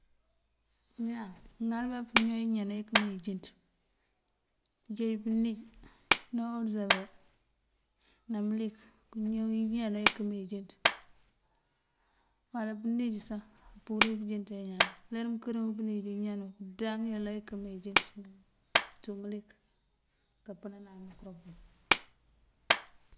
Iñan mёёηalёba pёñaw iñan ekёёmee injёnţ, kёjenj pёёnij ní orёsabel ná mёlik kёñaw iñan ekёёmee injёnţ. uwála pёnij sá apurir pёnjёnţan iñánύ. Uler uwí mёёnkёr unk unij di iñan kёёndaηíil ekёёmee injёnţ. Kёţu mёlik kёmpёnan pёlёţ